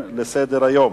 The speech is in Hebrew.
בסדר-היום: